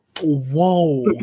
Whoa